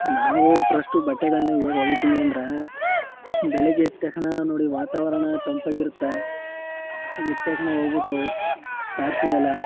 ನಾವು ಫ್ರಸ್ಟು ಬಟ್ಟೆಗಳನ್ನು ಹೇಗೆ ಒಗಿತೀನಿ ಅಂದ್ರೆ ಬೆಳಗ್ಗೆ ಎದ್ದ ತಕ್ಷಣ ನೋಡಿ ವಾತಾವರಣ ತಂಪಾಗಿರುತ್ತೆ ಎದ್ದ ತಕ್ಷಣ ಹೋಗ್ಬಿಟ್ಟು ತಾರಸಿ ಮೇಲೆ